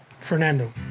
Fernando